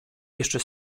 jeszcze